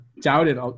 doubted